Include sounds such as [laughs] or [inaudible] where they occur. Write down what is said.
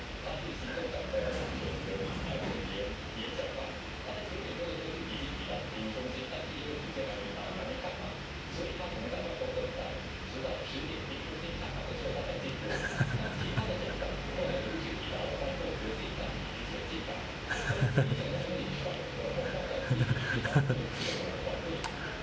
[laughs]